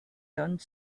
done